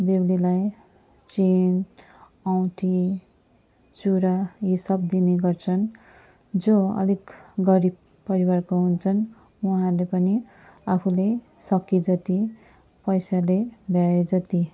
बेहुलीलाई चेन औँठी चुरा यी सब दिने गर्छन् जो अलिक गरिब परिवारको हुन्छन् उहाँहरूले पनि आफूले सके जति पैसाले भ्याए जति